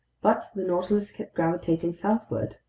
but the nautilus kept gravitating southward.